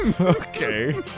okay